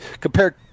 compared